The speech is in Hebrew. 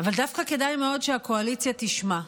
אבל דווקא כדאי מאוד שהקואליציה תשמע,